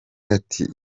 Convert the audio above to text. ati